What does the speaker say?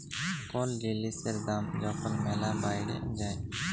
call জিলিসের দাম যখল ম্যালা বাইড়ে যায়